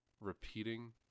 repeating